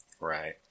Right